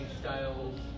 styles